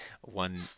one